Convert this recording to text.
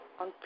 on